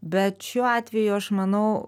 bet šiuo atveju aš manau